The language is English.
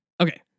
Okay